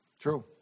True